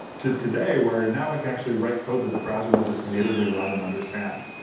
to today where now it can actually write code that the browser will just natively run and understand.